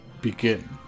Begin